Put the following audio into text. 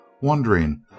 wondering